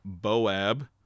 Boab